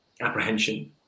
apprehension